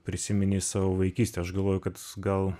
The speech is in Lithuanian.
prisiminei savo vaikystę aš galvoju kad gal